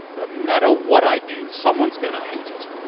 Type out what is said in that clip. ah matter what i do someone's gonna hate it.